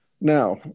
now